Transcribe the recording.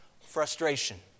frustration